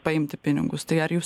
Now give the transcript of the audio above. paimti pinigus tai ar jūs